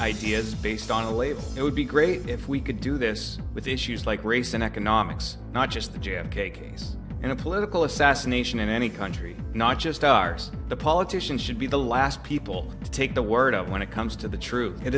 ideas based on leave it would be great if we could do this with issues like race in economics not just the j f k case and a political assassination in any country not just ours the politicians should be the last people to take the word out when it comes to the truth it